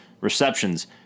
receptions